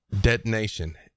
Detonation